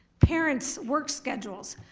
parents' work schedules,